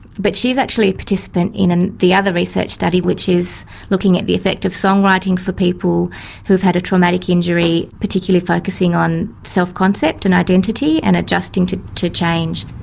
but she is actually a participant in in the other research study which is looking at the effect of song writing for people who have had a traumatic injury, particularly focusing on self-concept and identity and adjusting to to change.